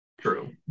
True